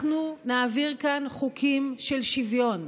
אנחנו נעביר כאן חוקים של שוויון,